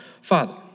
father